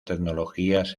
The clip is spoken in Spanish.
tecnologías